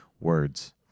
Words